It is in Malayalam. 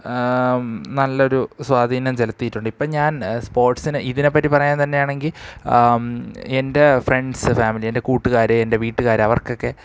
നല്ലൊരു സ്വാധീനം ചെലത്തിയിട്ടുണ്ട് ഇപ്പോള് ഞാൻ സ്പോർട്സിനെ ഇതിനെപ്പറ്റി പറയാൻ തന്നെ ആണെങ്കില് എൻ്റെ ഫ്രണ്ട്സ് ഫാമിലി എൻ്റെ കൂട്ടുകാര് എൻ്റെ വീട്ടുകാര് അവർക്കൊക്കെ